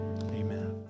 amen